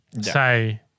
say